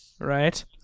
Right